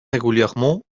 régulièrement